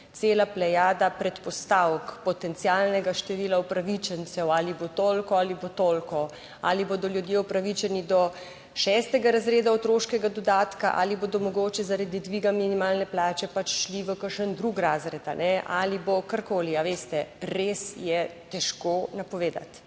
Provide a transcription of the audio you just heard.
cela plejada predpostavk, potencialnega števila upravičencev ali bo toliko ali bo toliko, ali bodo ljudje upravičeni do šestega razreda otroškega dodatka ali bodo mogoče zaradi dviga minimalne plače pač šli v kakšen drug razred ali bo karkoli, a veste, res je težko napovedati.